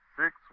six